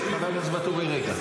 ניסים, אתה יכול להשיב?